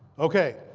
ok.